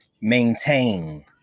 maintain